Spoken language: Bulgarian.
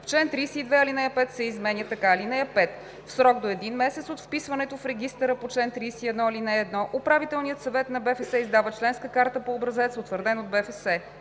В чл. 32, ал. 5 се изменя така: „(5) В срок до един месец от вписването в регистъра по чл. 31, ал. 1 управителният съвет на БФС издава членска карта по образец, утвърден от БФС.“